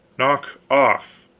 knock off.